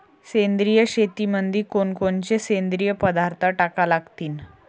सेंद्रिय शेतीमंदी कोनकोनचे सेंद्रिय पदार्थ टाका लागतीन?